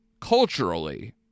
culturally